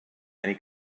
many